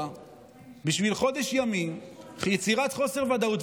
בשביל חודש ימים ויצירת חוסר ודאות,